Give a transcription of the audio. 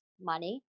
money